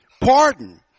Pardon